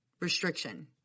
restriction